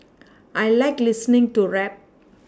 I like listening to rap